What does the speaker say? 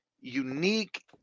unique